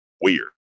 weird